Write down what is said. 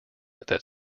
that